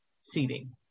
seating